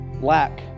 Lack